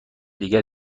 دیگر